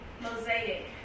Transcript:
Mosaic